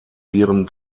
viren